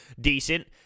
decent –